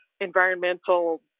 environmental